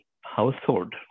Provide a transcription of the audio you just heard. household